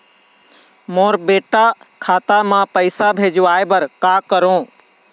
मोर बेटा खाता मा पैसा भेजवाए बर कर करों?